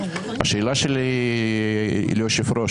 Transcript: השאלה שלי היא ליושב-ראש,